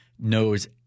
knows